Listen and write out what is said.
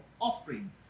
offering